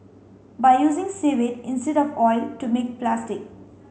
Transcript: by using seaweed instead of oil to make plastic